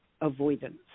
Avoidance